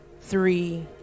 three